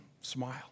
smile